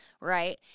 Right